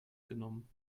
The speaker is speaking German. genommen